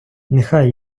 нехай